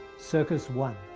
circus one.